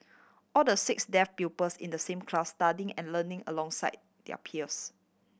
all the six deaf pupils in the same class studying and learning alongside their peers